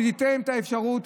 כשניתן את האפשרות.